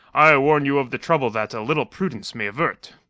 i warn you of the trouble that a little prudence may avert.